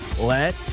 let